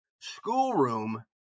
schoolroom